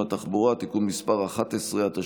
לפיכך אנחנו נשאיר את זה כארבעה,